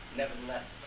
nevertheless